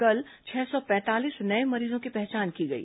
कल छह सौ पैंतालीस नये मरीजों की पहचान की गई